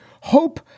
hope